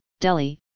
Delhi